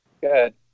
Good